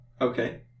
Okay